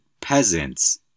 peasants